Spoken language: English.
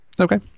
okay